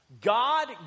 God